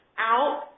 out